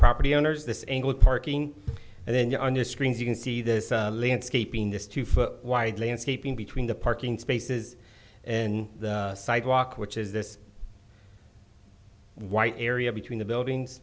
property owners this angle parking and then you're on your screens you can see this landscaping this two foot wide landscaping between the parking spaces and the sidewalk which is this white area between the buildings